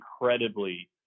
incredibly